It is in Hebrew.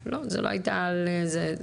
לא, זה לא היה על זה.